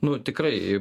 nu tikrai